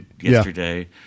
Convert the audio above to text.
yesterday